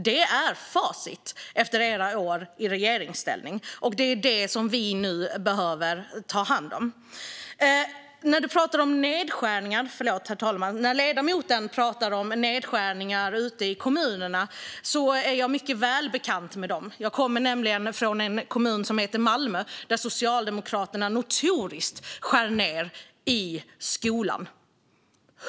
Detta är facit efter era år i regeringsställning, och det är detta som vi nu behöver ta hand om. Ledamoten pratade om nedskärningar ute i kommunerna. Jag är mycket väl bekant med dem. Jag kommer nämligen från en kommun som heter Malmö, där Socialdemokraterna notoriskt skär ned i skolan.